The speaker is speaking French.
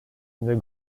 une